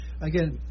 again